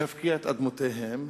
להפקיע את אדמותיהם,